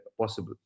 possible